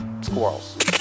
squirrels